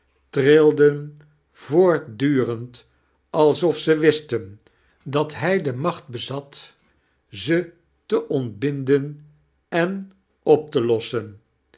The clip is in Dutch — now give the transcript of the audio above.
vootrtduxerud alsof ze wisten dat hij de macht bezat ze te ontbinden en op te lossen